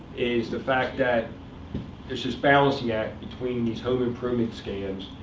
is the fact that there's this balancing act between these home improvement scams,